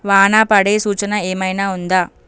వాన పడే సూచన ఏమైనా ఉందా